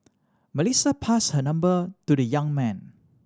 Melissa pass her number to the young man